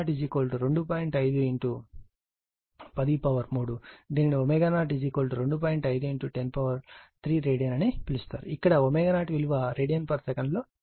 5 103 radian అని పిలుస్తారు ఇక్కడ ω0 విలువ రేడియన్సెకన్ లో ఇవ్వబడింది